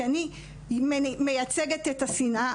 כי אני מייצגת את השנאה,